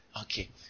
Okay